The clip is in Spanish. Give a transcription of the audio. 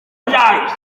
vayáis